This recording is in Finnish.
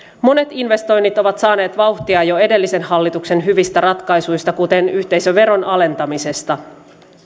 monet investoinnit ovat saaneet vauhtia jo edellisen hallituksen hyvistä ratkaisuista kuten yhteisöveron alentamisesta